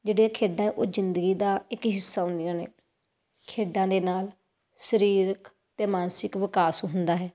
ਜਿਹੜੀਆਂ ਖੇਡਾਂ ਉਹ ਜ਼ਿੰਦਗੀ ਦਾ ਇੱਕ ਹਿੱਸਾ ਹੁੰਦੀਆਂ ਨੇ ਖੇਡਾਂ ਦੇ ਨਾਲ ਸਰੀਰਕ ਅਤੇ ਮਾਨਸਿਕ ਵਿਕਾਸ ਹੁੰਦਾ ਹੈ